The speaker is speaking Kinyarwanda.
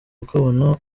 kukabona